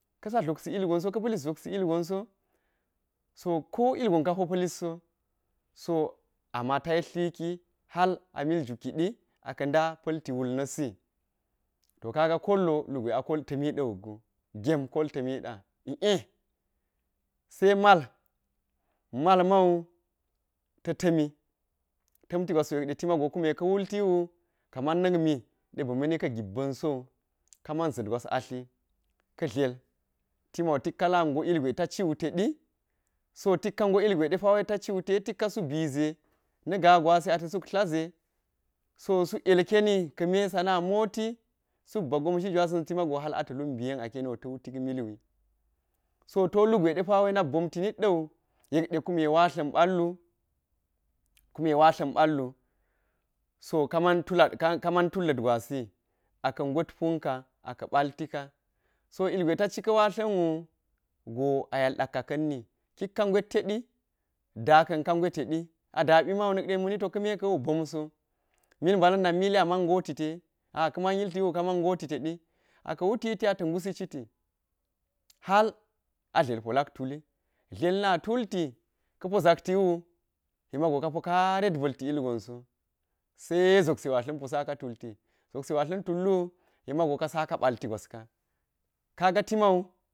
Ka̱ pa̱ lid zopsi ilgonso, so ko ilgon ka ho pa̱lisso so ama ta yetli ki hal a mil jwu kiɗi aka̱ nda pa̱lti wul na̱ si to kaga kol lo lugwe akol ta̱ la̱mi ta̱mti gem kol ti mi ɗe ie sai mal malmau tatmi kume ka̱ wultiwu kaman na̱k mi de ba̱ ma̱ni ka̱ gil ba̱n sowu kaman zid gwas atli ka̱ dla̱l timau tik ka lakngot ilgwe ta ciwu te ɗi, so tik ka ngo ilgwe pawe ta ciwu te tik ka li bize na̱ gaa gwasi ata̱ suk tla ze so suk yilkeni sa̱ ka̱ me sana moti suk bagwa̱mzhi gwasa̱n tima go hal ata̱ luk mbi ten aka̱ yeniwo ta̱ wulik milwee so to lugwe da pa wo nak bonti nit da̱u yek de kume watla̱n ɓalwu, kume watla̱n ɓalwu, so kaman kaman tula kaman tullid gwasi a ka̱ nget pumka aka̱ ba̱ltika, so ilgwe ta ci ka̱watla̱n wu go a yal ɗakka ka̱n ni kik ka ngwet teɗi da ka̱n ka ngweteɗi a daɓi mau na̱k ɗe ma̱ni to ka̱ me ka̱u bomso mil mbala̱n nak mili a man ngo ti te a kuma ka̱ man yiltiwu ka man ngo ti tedi a ka̱ wutiti ata̱ ngasi citi hal a dla̱l po lak tuli dla̱l na tulti ka̱ po zak tiwu yek mago ka po karet ba̱lti ilgon so se zopsi watla̱n po saka tulti zopsi watla̱n tulluwu yek mago ka gaka balti gwaska kaaga timau